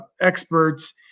experts